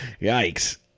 Yikes